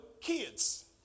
kids